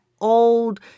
old